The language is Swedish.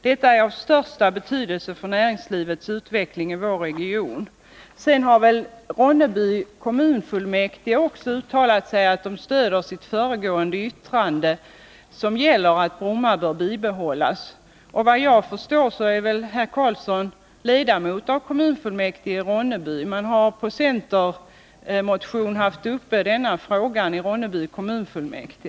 Detta är av största betydelse för näringslivets utveckling i vår region!” Också Ronneby kommunfullmäktige har uttalat att de står fast vid sitt tidigare yttrande, som går ut på att Bromma bör bibehållas. Herr Karlsson är efter vad jag vet ledamot av kommunfullmäktige i Ronneby. Det var med anledning av en centermotion som kommunfullmäktige hade denna fråga uppe till behandling.